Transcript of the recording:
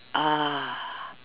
uh